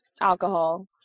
alcohol